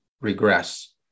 regress